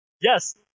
Yes